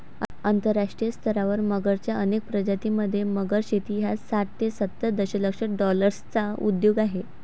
आंतरराष्ट्रीय स्तरावर मगरच्या अनेक प्रजातीं मध्ये, मगर शेती हा साठ ते सत्तर दशलक्ष डॉलर्सचा उद्योग आहे